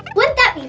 won't that be